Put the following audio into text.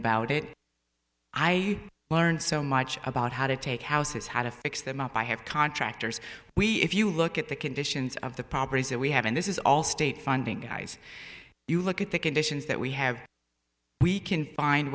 about it i learned so much about how to take houses how to fix them up i have contractors we if you look at the conditions of the properties that we have and this is all state funding eyes you look at the conditions that we have we can find